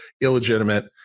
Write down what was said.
illegitimate